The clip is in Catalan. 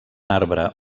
arbre